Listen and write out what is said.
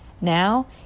Now